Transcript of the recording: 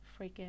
freaking